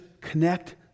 connect